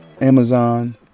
Amazon